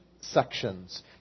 sections